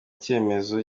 icyemezo